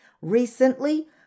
Recently